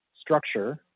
structure